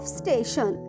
station